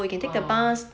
ah